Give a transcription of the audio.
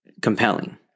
compelling